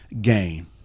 gain